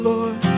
Lord